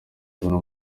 tubona